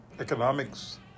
economics